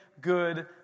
good